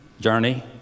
Journey